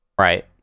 Right